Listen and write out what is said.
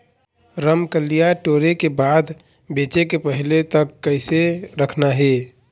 रमकलिया टोरे के बाद बेंचे के पहले तक कइसे रखना हे?